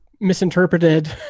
misinterpreted